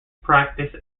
practice